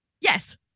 Yes